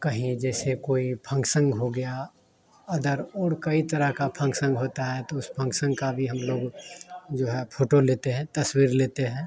कहीं जैसे कोई फंगसंग हो गया अदर और कई तरह का फंगसंग होता है तो उस फंगसंग का भी हम लोग जो है फोटो लेते हैं तस्वीर लेते हैं